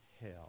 hell